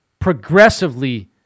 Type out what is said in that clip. progressively